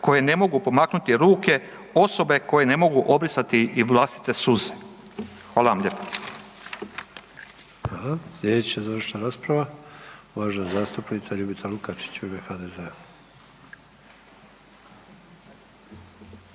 koje ne mogu pomaknuti ruke, osobe koje ne mogu obrisati i vlastite suze. Hvala vam lijepo.